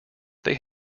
they